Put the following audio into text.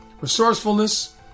resourcefulness